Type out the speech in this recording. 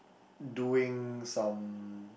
doing some